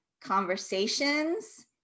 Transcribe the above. conversations